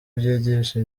byigisha